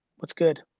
what's good?